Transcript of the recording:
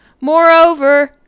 Moreover